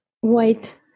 white